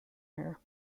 her